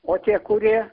o tie kurie